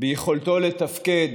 ביכולתו לתפקד